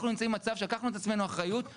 אנחנו נמצאים במצב שלקחנו על עצמנו אחריות,